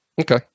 Okay